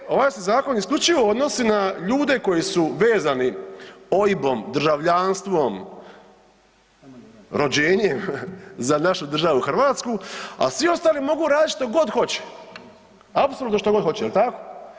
Dakle, ovaj se zakon isključivo odnosi na ljude koji su vezani OIB-om, državljanstvom, rođenjem, za našu državu Hrvatsku a svi ostali mogu radi što god hoće, apsolutno što god hoće, jel tako?